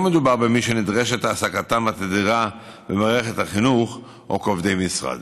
לא מדובר במי שנדרשת העסקתם התדירה במערכת החינוך או כעובדי משרד.